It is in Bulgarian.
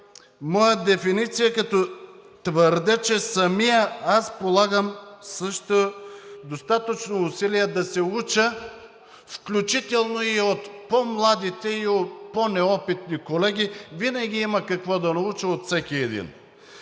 моя дефиниция, като твърдя, че самият аз полагам също достатъчно усилия да се уча, включително и от по-младите, и от по-неопитни колеги – винаги има какво да науча от всеки един.